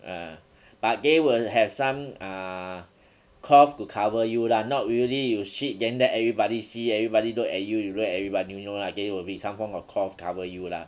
ah but they will have some uh cloth to cover you lah not really you shit then let everybody see everybody look at you you look at everybody no lah there will be some form of cloth cover you lah